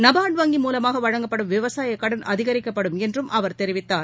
நபார்டு வங்கி மூலமாக வழங்கப்படும் விவசாயக் கடன் அதிகரிக்கப்படும் என்றும் அவர் தெரிவித்தார்